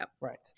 Right